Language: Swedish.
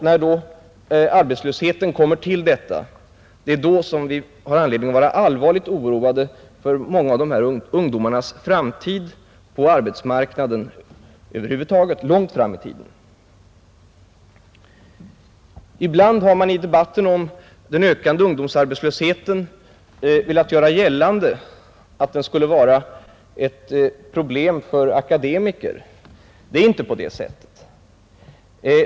När då konjunkturavmattningen inträffar, har vi anledning att vara allvarligt oroade för dessa ungdomars ställning på arbetsmarknaden långt fram i tiden. Ibland har man i debatten om den ökade ungdomsarbetslösheten velat göra gällande att den skulle vara ett problem för akademiker. Det är inte på det sättet.